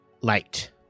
Light